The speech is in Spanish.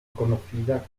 conocida